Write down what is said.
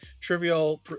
Trivial